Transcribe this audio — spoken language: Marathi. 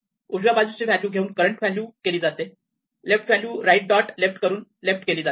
उजव्या बाजूची व्हॅल्यू घेऊन करंट व्हॅल्यू केली जाते left value right dot left करून लेफ्ट केली जाते